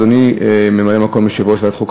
אדוני ממלא-מקום יושב-ראש ועדת החוקה,